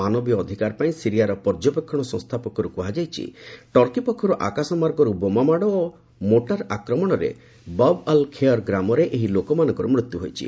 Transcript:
ମାନବିୟ ଅଧିକାର ପାଇଁ ସିରିଆର ପର୍ଯ୍ୟବେକ୍ଷଣ ସଂସ୍ଥା ପକ୍ଷରୁ କୁହାଯାଇଛି ଟର୍କୀ ପକ୍ଷରୁ ଆକାଶମାର୍ଗରୁ ବୋମାମାଡ଼ ଓ ମୋଟାର ଆକ୍ରମଣରେ ବବ୍ ଅଲ୍ ଖେୟର୍ ଗାଁରେ ଏହି ଲୋକମାନଙ୍କର ମୃତ୍ୟୁ ଘଟିଛି